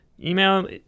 Email